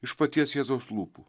iš paties jėzaus lūpų